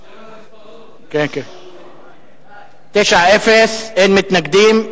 0:9, אין מתנגדים.